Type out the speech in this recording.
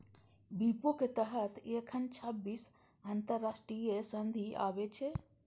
विपो के तहत एखन छब्बीस अंतरराष्ट्रीय संधि आबै छै